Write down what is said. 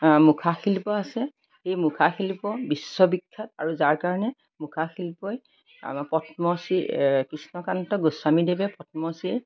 মুখাশিল্প আছে এই মুখাশিল্প বিশ্ববিখ্যাত আৰু যাৰ কাৰণে মুখাশিল্পই আমাৰ পদ্মশ্ৰী কৃষ্ণকান্ত গোস্বামীদেৱে পদ্মশ্ৰী